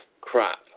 crap